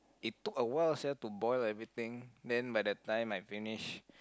it took a while sia to boil everything then by the time I finish